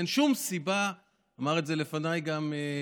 אין שום סיבה, אמר את זה לפניי גם,